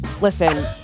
Listen